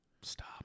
Stop